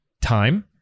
time